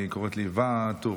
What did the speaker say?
היא קוראת לי ו-א-טורי.